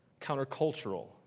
countercultural